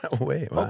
Wait